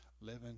living